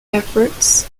efforts